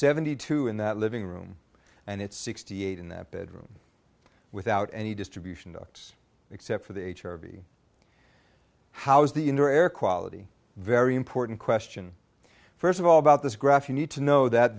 seventy two in the living room and it's sixty eight in that bedroom without any distribution ducts except for the charity how is the indoor air quality very important question first of all about this graph you need to know that